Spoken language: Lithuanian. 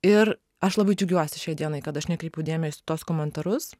ir aš labai džiaugiuosi šiai dienai kad aš nekreipiau dėmesio į tuos komentarus